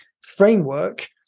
framework